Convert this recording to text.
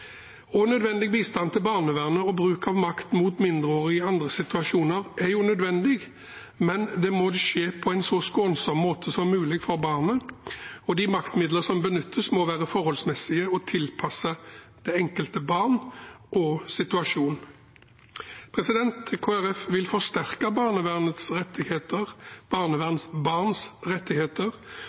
Nødvendig bistand til barnevernet og bruk av makt mot mindreårige i andre situasjoner er nødvendig, men det må skje på en så skånsom måte som mulig for barnet. De maktmidler som benyttes, må være forholdsmessige og tilpasset det enkelte barn og den enkelte situasjon. Kristelig Folkeparti vil forsterke barnevernets rettigheter, barnevernsbarns rettigheter